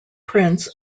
prints